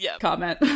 comment